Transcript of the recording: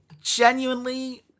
genuinely